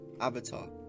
avatar